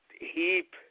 heap